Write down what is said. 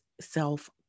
self